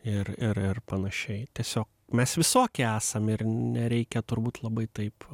ir ir ir panašiai tiesiog mes visokie esam ir nereikia turbūt labai taip